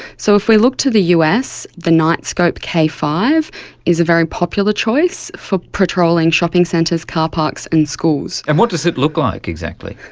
so if we look to the us, the knightscope k five is a very popular choice for patrolling shopping centres, car parks and schools. and what does it look like exactly?